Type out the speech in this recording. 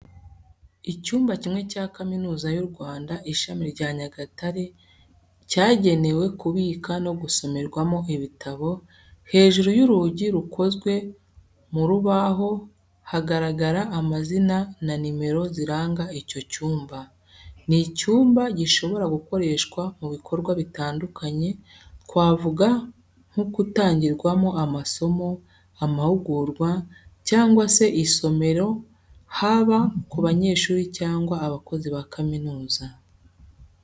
Icyumba kimwe cya Kaminuza y'u Rwanda, Ishami rya Nyagatare cyagenewe kubika no gusomerwamo ibitabo, hejuru y'urugi rukozwe mu rubaho hagaragara amazina na nomero ziranga icyo cyumba. Ni icyumba gishobora gukoreshwa mu bikorwa bitandukanye, twavuga nko gutangirwamo amasomo, amahugurwa, cyangwa se isomero haba ku banyeshuri cyangwa abakozi ba kaminuza.